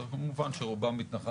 כמובן שרובם מתנחלים.